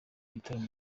gitaramo